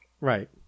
right